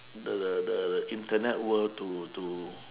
the the the the internet world to to